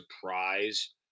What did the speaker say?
surprise